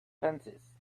fences